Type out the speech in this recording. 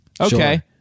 Okay